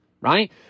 right